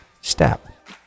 step